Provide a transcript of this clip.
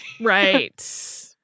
Right